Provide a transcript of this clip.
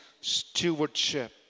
stewardship